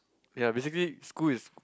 ya basically school is